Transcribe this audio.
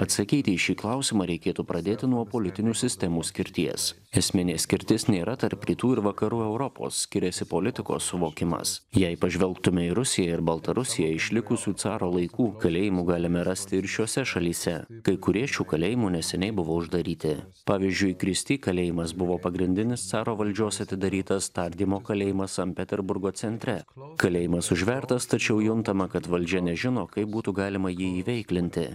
atsakyti į šį klausimą reikėtų pradėti nuo politinių sistemų skirties esminė skirtis nėra tarp rytų ir vakarų europos skiriasi politikos suvokimas jei pažvelgtumėme į rusiją ir baltarusiją išlikusių caro laikų kalėjimų galime rasti ir šiose šalyse kai kurie šių kalėjimų neseniai buvo uždaryti pavyzdžiui kristi kalėjimas buvo pagrindinis caro valdžios atidarytas tardymo kalėjimas sankt peterburgo centre kalėjimas užvertas tačiau juntama kad valdžia nežino kaip būtų galima jį įveiklinti